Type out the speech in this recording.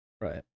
Right